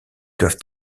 doivent